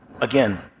again